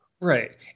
Right